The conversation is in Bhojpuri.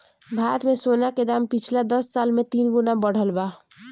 भारत मे सोना के दाम पिछला दस साल मे तीन गुना बढ़ल बा